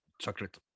chocolate